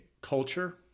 culture